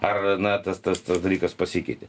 ar na tas tas tas dalykas pasikeitė